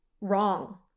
wrong